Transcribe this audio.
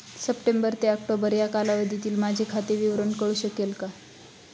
September ते October या कालावधीतील माझे खाते विवरण कळू शकेल का?